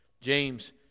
James